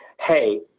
hey